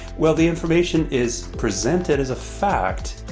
well, the information is presented as a fact.